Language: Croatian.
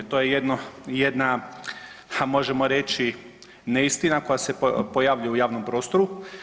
To je jedno, jedna, ha možemo reći neistina koja se pojavljuje u javnom prostoru.